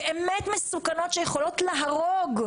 באמת מסוכנות שיכולות להרוג,